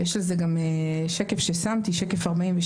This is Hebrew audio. זה מופיע גם בשקף 46